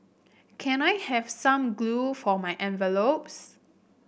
can I have some glue for my envelopes